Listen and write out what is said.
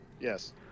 Yes